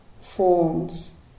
forms